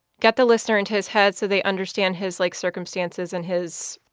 get the listener into his head so they understand his, like, circumstances and his,